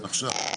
עכשיו.